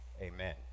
Amen